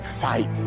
fight